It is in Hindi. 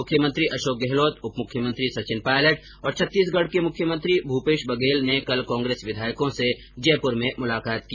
मुख्यमंत्री अशोक गहलोत उप मुख्यमंत्री सचिन पायलट और छत्तीसगढ़ के मुख्यमंत्री भूपेश बघेल ने कल कांग्रेस विधायकों से जयपूर में मुलाकात की